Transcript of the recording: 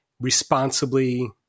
responsibly